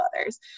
others